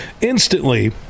instantly